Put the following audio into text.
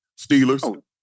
Steelers